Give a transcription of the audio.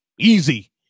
Easy